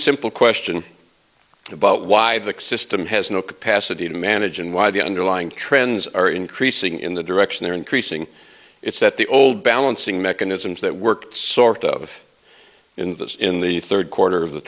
simple question about why the system has no capacity to manage and why the underlying trends are increasing in the direction they're increasing it's that the old balancing mechanisms that worked sort of in this in the third quarter of the